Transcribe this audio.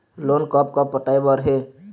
Loan कब कब पटाए बर हे?